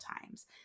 times